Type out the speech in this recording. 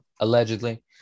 allegedly